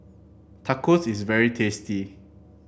Tacos is very tasty